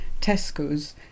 Tesco's